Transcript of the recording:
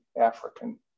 African